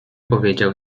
powiedział